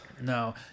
No